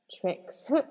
tricks